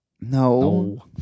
no